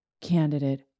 candidate